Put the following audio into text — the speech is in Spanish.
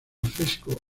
fresco